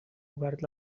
obert